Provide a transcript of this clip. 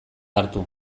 hartu